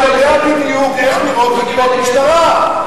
אתה יודע בדיוק איך נראות חקירות משטרה.